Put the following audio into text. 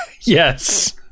Yes